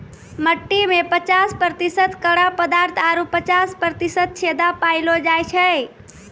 मट्टी में पचास प्रतिशत कड़ा पदार्थ आरु पचास प्रतिशत छेदा पायलो जाय छै